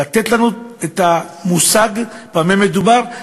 לתת לנו את המושג במה מדובר.